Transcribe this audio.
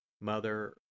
Mother